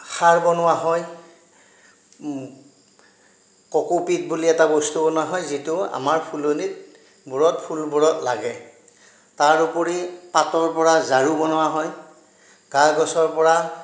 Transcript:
খাৰ বনোৱা হয় ককুপিক বুলি এটা বস্তু বনোৱা হয় যিটো আমাৰ ফুলনিত বোৰত ফুলবোৰত লাগে তাৰ উপৰি পাতৰ পৰা ঝাড়ু বনোৱা হয় গা গছৰ পৰা